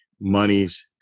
monies